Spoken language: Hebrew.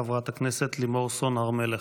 חברת הכנסת לימור סון הר מלך.